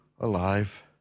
alive